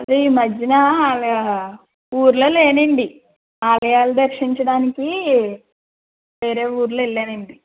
అదే ఈ మధ్యన ఊర్లో లేనండి ఆలయాలు దర్శించడానికి వేరే ఊర్లు వెళ్ళానండి